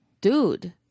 dude